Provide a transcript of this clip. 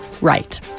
Right